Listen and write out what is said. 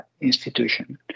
institution